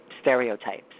stereotypes